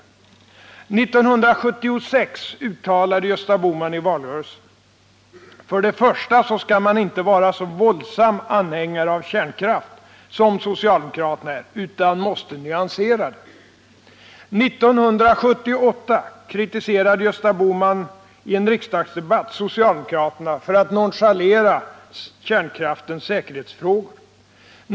1976 uttalade Gösta Bohman i valrörelsen: ”För det första så skall man inte vara så våldsam anhängare av kärnkraft som socialdemokraterna är, utan måste nyansera det.” 1978 kritiserade Gösta Bohman i en riksdagsdebatt socialdemokraterna för att nonchalera kärnkraftens säkerhetsfrågor.